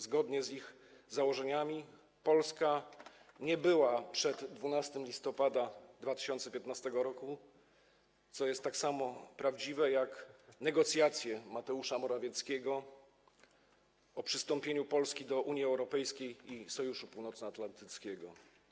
Zgodnie z ich założeniami Polski nie było przed 12 listopada 2015 r., co jest tak samo prawdziwe jak negocjacje Mateusza Morawieckiego o przystąpieniu Polski do Unii Europejskiej i do Sojuszu Północnoatlantyckiego.